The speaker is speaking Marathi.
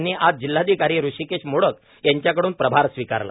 यांनी आज जिल्हाधिकारी हृषीकेश मोडक यांच्याकडून प्रभार स्वीकारला